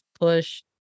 push